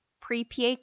pre-pa